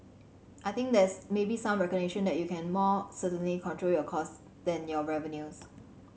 I think there's maybe some recognition that you can more certainly control your cost than your revenues